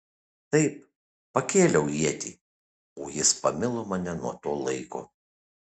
taip pakėliau ietį o jis pamilo mane nuo to laiko